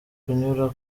kunyura